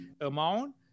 amount